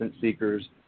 seekers